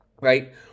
right